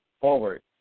forward